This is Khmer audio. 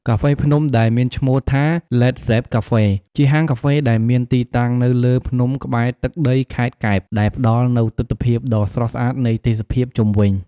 កាហ្វេភ្នំ ដែលមានឈ្នោះថា ឡេត ហ្សេប កាហ្វេ (LED ZEP CAFE) ជាហាងកាហ្វេដែលមានទីតាំងនៅលើភ្នំក្បែរទឹកដីខេត្តកែប ដែលផ្ដល់នូវទិដ្ឋភាពដ៏ស្រស់ស្អាតនៃទេសភាពជុំវិញ។